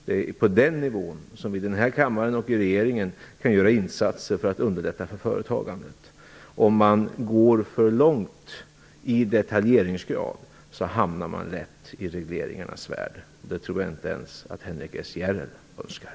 Det är på den nivå som vi i den här kammaren och i regeringen kan göra insatser för att underlätta för företagandet. Om man går för långt i detaljeringsgrad hamnar man lätt i regleringarnas värld, och det tror jag inte ens att Henrik S Järrel önskar.